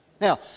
Now